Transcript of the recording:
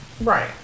Right